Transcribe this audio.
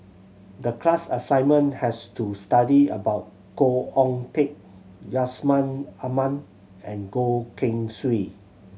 the class assignment has to study about Khoo Oon Teik Yusman Aman and Goh Keng Swee